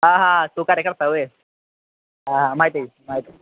हां हां तो कार्यकर्ता होय हां हां माहिती आहे की माहिती आहे